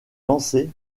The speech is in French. lancé